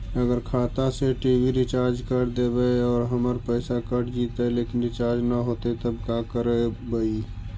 अगर खाता से टी.वी रिचार्ज कर देबै और हमर पैसा कट जितै लेकिन रिचार्ज न होतै तब का करबइ?